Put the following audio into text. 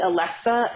Alexa